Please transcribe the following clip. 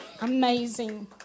Amazing